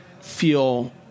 feel